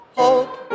hope